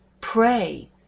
pray